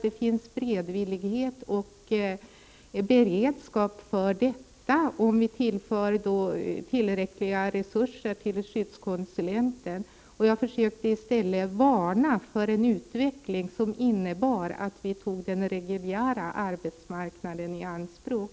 Det finns beredvillighet och beredskap, om vi tillför tillräckliga resurser till skyddskonsulenten. Jag försökte i stället varna för en utveckling som innebär att vi tar den reguljära arbetsmarknaden i anspråk.